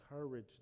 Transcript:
encourage